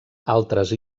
altres